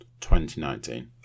2019